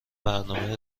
برنامه